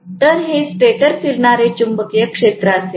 तर हे स्टेटर फिरणारे चुंबकीय क्षेत्र असेल